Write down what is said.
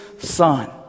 son